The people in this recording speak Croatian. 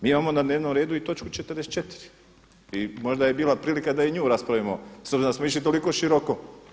Mi imamo na dnevnom redu i točku 44. i možda je bila prilika da i nju raspravimo s obzirom da smo išli toliko široko.